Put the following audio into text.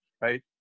right